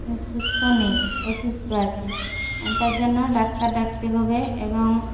সুস্থ নেই অসুস্থ আছে আর তার জন্য ডাক্তার ডাকতে হবে এবং